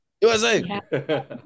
USA